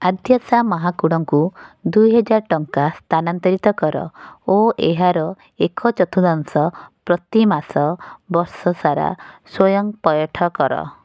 ଆଦ୍ୟାଶା ମହାକୁଡ଼ଙ୍କୁ ଦୁଇ ହଜାର ଟଙ୍କା ସ୍ଥାନାନ୍ତରିତ କର ଓ ଏହାର ଏକ ଚତୁର୍ଥାଂଶ ପ୍ରତିମାସ ବର୍ଷସାରା ସ୍ଵୟଂ ପଇଠ କର